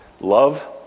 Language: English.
Love